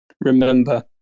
remember